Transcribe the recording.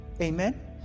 Amen